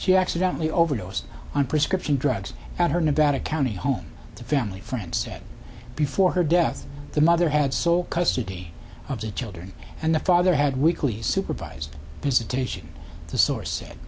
she accidentally overdosed on prescription drugs at her nevada county home the family friend said before her death the mother had so custody of the children and the father had weekly supervised visitation the source said